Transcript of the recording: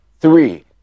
three